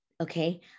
Okay